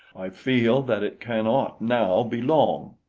i feel that it cannot now be long.